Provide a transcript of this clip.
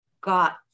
got